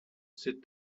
sit